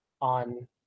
on